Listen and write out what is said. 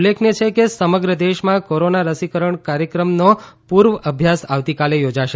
ઉલ્લેખનીય છે કે સમગ્ર દેશમાં કોરોના રસીકરણ કાર્યક્રમોનો પૂર્વ અભ્યાસ આવતીકાલે યોજાશે